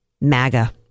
MAGA